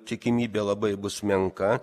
tikimybė labai bus menka